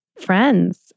Friends